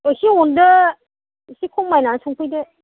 एसे अनदो एसे खमायनानै संफैदो